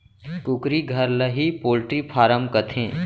कुकरी घर ल ही पोल्टी फारम कथें